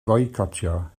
foicotio